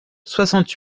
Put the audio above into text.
soixante